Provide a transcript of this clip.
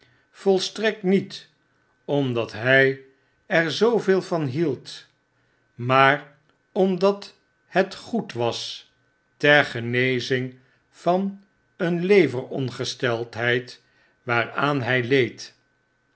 volstrekt niet omdat hij er zooveel van hiefd maar omdat het goed was ter genezing van een leverongesteldheid waaraan hjj leed